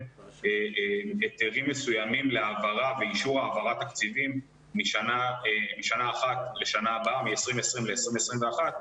היתרים מסוימים לאישור העברת תקציבים מ-2020 ל-2021,